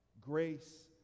grace